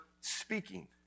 speaking